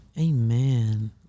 Amen